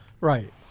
Right